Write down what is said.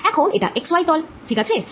এখন এটা x y তল ঠিক আছে